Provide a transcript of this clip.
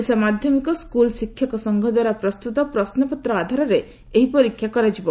ଓଡ଼ିଶା ମାଧ୍ଘମିକ ସ୍କୁଲ ଶିକ୍ଷକ ସଂଘ ଦ୍ୱାରା ପ୍ରସ୍ତୁତ ପ୍ରଶ୍ୱପତ୍ର ଆଧାରରେ ଏହି ପରୀକ୍ଷା କରାଯିବ